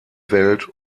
welt